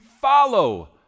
follow